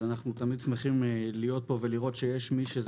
אז אנחנו תמיד שמחים להיות פה ולראות שיש מי שזה